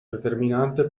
determinante